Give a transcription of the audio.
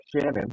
Shannon